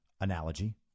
analogy